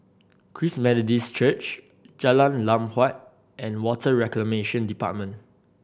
Christ Methodist Church Jalan Lam Huat and Water Reclamation Department